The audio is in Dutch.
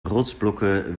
rotsblokken